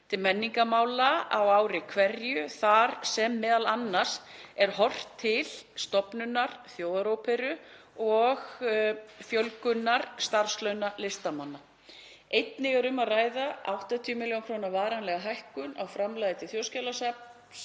til menningarmála á ári hverju þar sem m.a. er horft til stofnunar þjóðaróperu og fjölgunar starfslauna listamanna. Einnig er um að ræða 80 millj. kr. varanlega hækkun á framlagi til Þjóðskjalasafns